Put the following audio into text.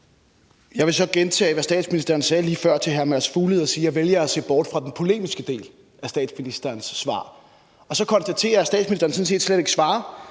Jeg vil så gentage, hvad statsministeren sagde lige før til hr. Mads Fuglede, og sige, at jeg vælger at se bort fra den polemiske del af statsministerens svar, og så konstatere, at statsministeren sådan set slet ikke svarer.